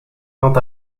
quant